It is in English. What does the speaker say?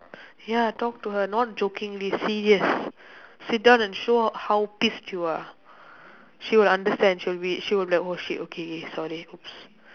ya talk to her not jokingly serious sit down and show her how pissed you are she will understand she will be she will be like oh shit okay K sorry !oops!